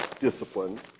discipline